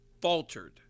faltered